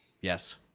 Yes